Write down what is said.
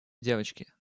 девочки